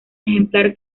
ejemplar